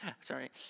Sorry